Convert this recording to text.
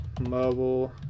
mobile